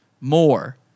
more